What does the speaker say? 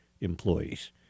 employees